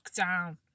lockdown